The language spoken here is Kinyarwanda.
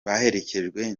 baherekejwe